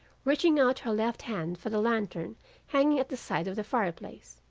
reaching out her left hand for the lantern hanging at the side of the fireplace,